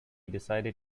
decided